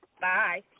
Bye